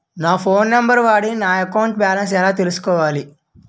నా phone number వాడి నా అకౌంట్ బాలన్స్ ఎలా తెలుసుకోవాలి?